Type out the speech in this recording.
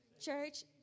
Church